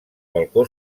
balcó